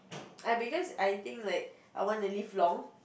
ah because I think like I want to live long